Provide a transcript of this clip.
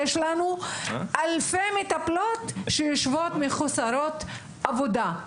יש לנו אלפי מטפלות שיושבות מחוסרות עבודה.